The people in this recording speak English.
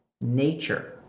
nature